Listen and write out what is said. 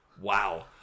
wow